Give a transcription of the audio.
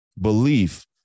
belief